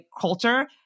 culture